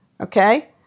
Okay